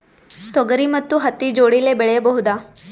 ತೊಗರಿ ಮತ್ತು ಹತ್ತಿ ಜೋಡಿಲೇ ಬೆಳೆಯಬಹುದಾ?